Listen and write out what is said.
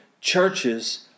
churches